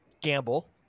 gamble